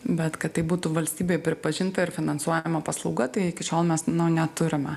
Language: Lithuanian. bet kad tai būtų valstybėj pripažinta ir finansuojama paslauga tai iki šiol mes neturime